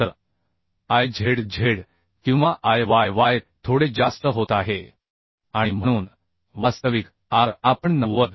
तर I z z किंवा I y y थोडे जास्त होत आहे आणि म्हणून वास्तविक r आपण 90